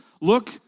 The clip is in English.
Look